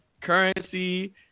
Currency